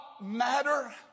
matter